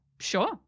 Sure